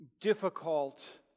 difficult